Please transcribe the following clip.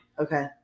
okay